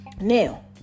Now